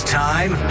time